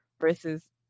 versus